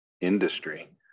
industry